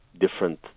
different